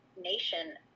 nation